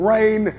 Rain